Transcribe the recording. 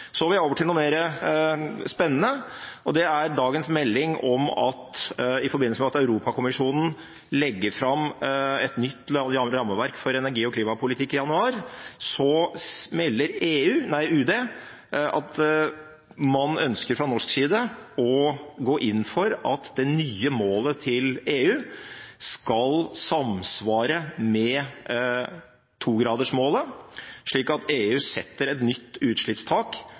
Så vil jeg over til noe mer spennende: I forbindelse med at Europakommisjonen legger fram et nytt rammeverk for energi- og klimapolitikk i januar, melder UD at man fra norsk side ønsker å gå inn for at det nye målet til EU skal samsvare med 2-gradersmålet, slik at EU altså setter et nytt utslippstak